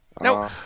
No